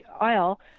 aisle